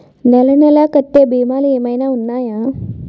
నెల నెల కట్టే భీమాలు ఏమైనా ఉన్నాయా?